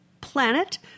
Planet